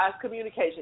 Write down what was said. communication